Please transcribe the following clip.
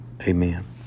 amen